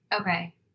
Okay